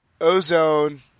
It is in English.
Ozone